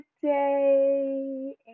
today